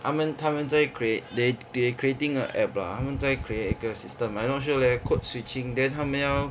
他们他们在 create they they creating an app lah 他们在 create 一个 system I not sure whether code switching then 他们要